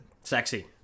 Sexy